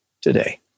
today